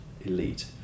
elite